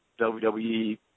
WWE